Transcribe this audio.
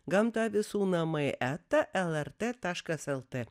gamta visų namai eta lrt taškas lt